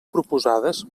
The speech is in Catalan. proposades